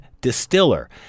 distiller